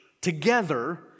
together